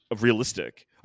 realistic